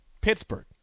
Pittsburgh